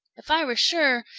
if i were sure,